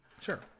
Sure